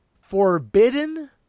Forbidden